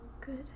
good